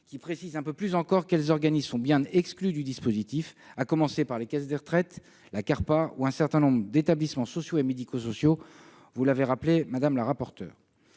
précise un peu plus encore quels organismes sont exclus du dispositif, à commencer par les caisses de retraite, les Carpa et un certain nombre d'établissements sociaux et médico-sociaux. Au terme de ce parcours